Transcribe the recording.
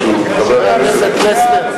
חבר הכנסת פלסנר.